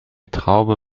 traube